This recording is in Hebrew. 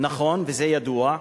נכון, וזה ידוע,